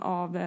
av